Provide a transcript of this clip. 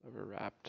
Overwrapped